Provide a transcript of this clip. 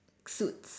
suits